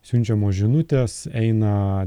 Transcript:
siunčiamos žinutės eina